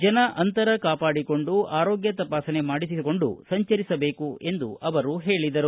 ಜನ ಅಂತರ ಕಾಪಾಡಿಕೊಂಡು ಆರೋಗ್ಯ ತಪಾಸಣೆ ಮಾಡಿಸಿಕೊಂಡು ಸಂಚರಿಸಬೇಕು ಎಂದು ಅವರು ಹೇಳಿದರು